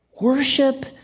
Worship